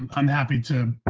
um i'm happy to